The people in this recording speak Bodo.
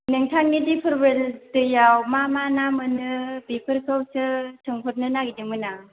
नोंथांनि दिपरबिल दैयाव मा मा ना मोनो बेफोरखौसो सोंहरनो नागिरदोंमोन आं